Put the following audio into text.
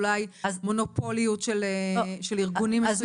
אולי מונופוליות של ארגונים מסוימים.